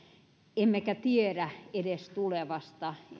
emmekä tiedä edes tulevasta